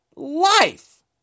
life